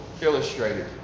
illustrated